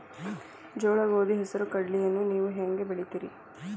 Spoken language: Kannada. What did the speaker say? ಜೋಳ, ಗೋಧಿ, ಹೆಸರು, ಕಡ್ಲಿಯನ್ನ ನೇವು ಹೆಂಗ್ ಬೆಳಿತಿರಿ?